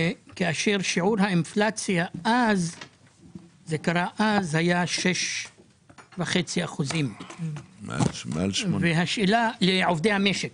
כאשר שיעור האינפלציה כשזה קרה אז היה 6.5% לכל עובדי המשק.